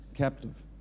captive